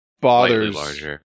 bothers